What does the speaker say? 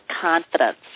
confidence